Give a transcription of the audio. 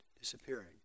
disappearing